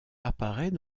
apparaît